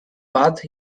bath